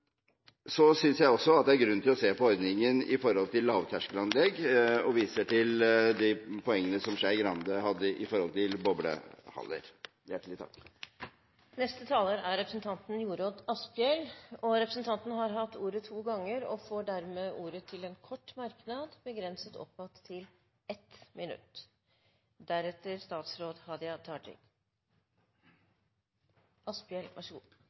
se på ordningen med lavterskelanlegg, og viser til de poengene som Skei Grande hadde om bowlehaller. Representanten Jorodd Asphjell har hatt ordet to ganger tidligere og får ordet til en kort merknad, begrenset til 1 minutt. Til